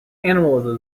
animal